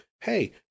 hey